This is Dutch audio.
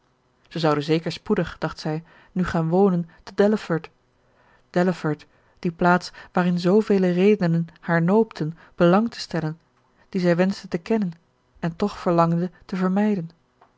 zij zouden zeker spoedig dacht zij nu gaan wonen te delaford delaford die plaats waarin zoovele redenen haar noopten belang te stellen die zij wenschte te kennen en toch verlangde te vermijden